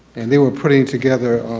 and they were putting together